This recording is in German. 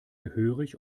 gehörig